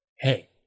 Hey